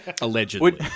allegedly